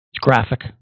graphic